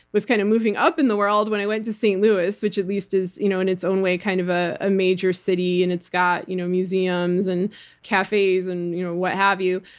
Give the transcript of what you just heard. was kind of moving up in the world when i went to st. louis, which at least is you know in its own way, kind of ah a major city, and it's got you know museums and cafes and you know what have you.